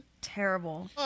Terrible